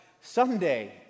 someday